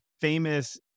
famous